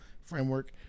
framework